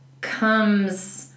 comes